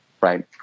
right